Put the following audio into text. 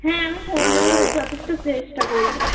হ্যাঁ আমি কমানোর যথেষ্ট চেষ্টা করবো